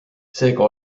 seega